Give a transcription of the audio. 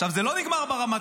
עכשיו, זה לא נגמר ברמטכ"ל.